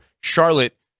Charlotte